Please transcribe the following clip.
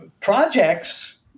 Projects